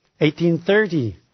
1830